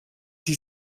sie